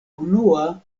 unua